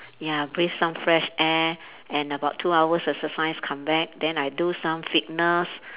ya breathe some fresh air and about two hours exercise come back then I do some fitness